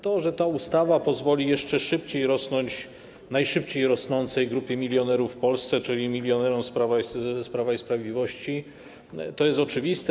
To, że ta ustawa pozwoli jeszcze szybciej rosnąć najszybciej rosnącej grupie milionerów w Polsce, czyli milionerom z Prawa i Sprawiedliwości, jest oczywiste.